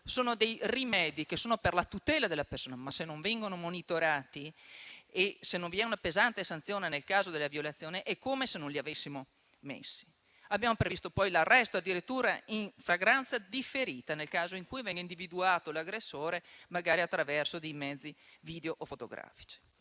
sono dei rimedi a tutela della persona, ma - se non vengono monitorati e se non sono previste pesanti sanzioni in caso di violazione - è come se non esistessero. Abbiamo previsto poi l'arresto, addirittura in flagranza differita, nel caso in cui venga individuato l'aggressore, magari attraverso dei mezzi video o fotografie.